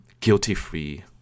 guilty-free